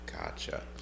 Gotcha